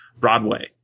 Broadway